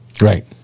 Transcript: Right